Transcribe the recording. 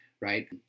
right